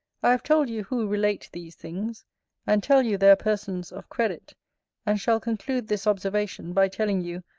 i have told you who relate these things and tell you they are persons of credit and shall conclude this observation, by telling you,